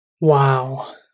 Wow